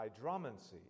hydromancy